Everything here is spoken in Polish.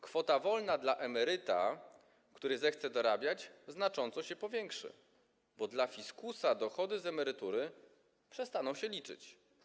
Kwota wolna dla emeryta, który zechce dorabiać, znacząco się powiększy, bo dla fiskusa dochody z emerytury przestaną się liczyć.